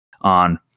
on